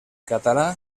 català